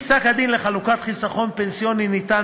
אם פסק-הדין לחלוקת חיסכון פנסיוני ניתן